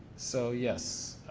so yes.